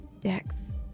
Dex